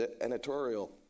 editorial